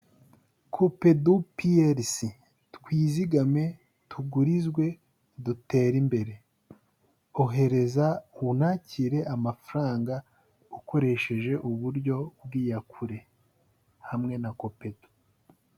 Kopedu piyerisi, twizigame, tugurizwe, dutere imbere. Ohereza unakire amafaranga ukoresheje uburyo bw'iyakure hamwe na COPEDU.